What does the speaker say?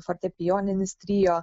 fortepijoninis trio